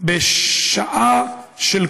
בשעה של כושר,